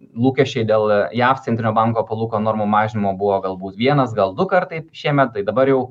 lūkesčiai dėl jav centrinio banko palūkanų normų mažinimo buvo galbūt vienas gal du kartai šiemet tai dabar jau